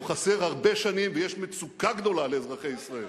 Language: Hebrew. הוא חסר הרבה שנים, ויש מצוקה גדולה לאזרחי ישראל.